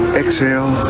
exhale